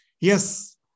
Yes